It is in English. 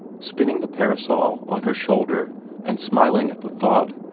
spinning the parasol on her shoulder and smiling at the thought.